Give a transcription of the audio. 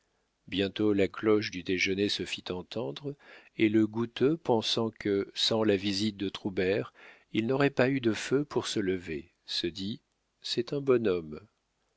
bientôt la cloche du déjeuner se fit entendre et le goutteux pensant que sans la visite de troubert il n'aurait pas eu de feu pour se lever se dit c'est un bon